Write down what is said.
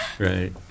Right